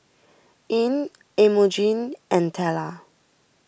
Ilene Emogene and Tella